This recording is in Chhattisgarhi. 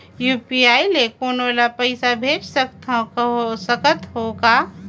यू.पी.आई ले कोनो ला पइसा भेज सकत हों का?